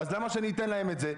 אז למה שאני אתן להם את זה?